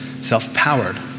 self-powered